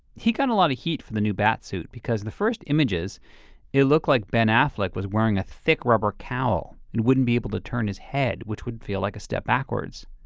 he got a lot of heat for the new batsuit because the first images it looked like ben affleck was wearing a thick rubber cowl and wouldn't be able to turn his head which would feel like a step backwards.